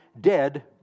dead